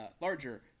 larger